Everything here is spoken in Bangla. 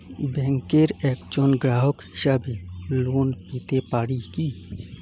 ব্যাংকের একজন গ্রাহক হিসাবে লোন পেতে পারি কি?